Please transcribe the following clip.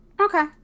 Okay